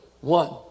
one